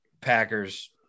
Packers